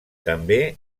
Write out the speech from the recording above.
també